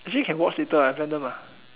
actually can watch later ah venom ah